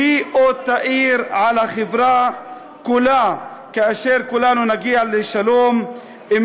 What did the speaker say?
והיא עוד תאיר על החברה כולה כאשר כולנו נגיע לשלום-אמת